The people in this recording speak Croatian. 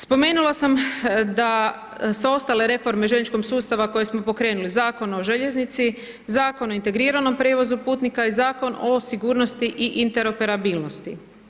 Spomenula sam da sve ostale reforme željezničkog sustava koje smo pokrenuli, Zakon o željeznici, Zakon o integriranom prijevozu putnika i Zakon o sigurnosti i interoperabilnosti.